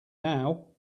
now